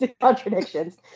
contradictions